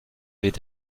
weht